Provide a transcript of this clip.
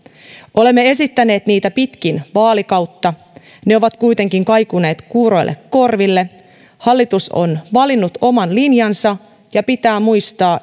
olemme esittäneet niitä pitkin vaalikautta ne ovat kuitenkin kaikuneet kuuroille korville hallitus on valinnut oman linjansa ja pitää muistaa